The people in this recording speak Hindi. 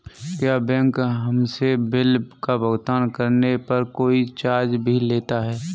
क्या बैंक हमसे बिल का भुगतान करने पर कोई चार्ज भी लेता है?